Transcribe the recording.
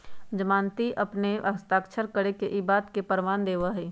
जमानती अपन हस्ताक्षर करके ई बात के प्रमाण देवा हई